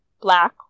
black